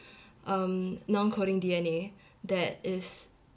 um non coding D_N_A that is